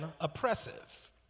oppressive